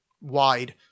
wide